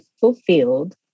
fulfilled